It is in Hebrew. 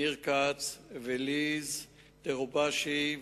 ניר כץ וליז טרובישי,